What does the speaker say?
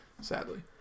sadly